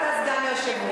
גם אתה סגן יושב-ראש,